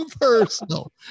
personal